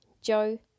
Joe